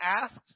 asked